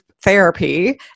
therapy